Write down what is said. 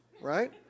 right